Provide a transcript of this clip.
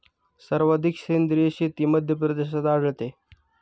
सर्वाधिक सेंद्रिय शेती मध्यप्रदेशात आढळते